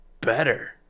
better